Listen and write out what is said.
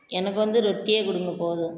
எனக்கு வந்து ரொட்டியே கொடுங்க போதும்